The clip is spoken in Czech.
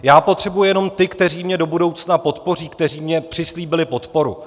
Já potřebuji jenom ty, kteří mě do budoucna podpoří, kteří mi přislíbili podporu.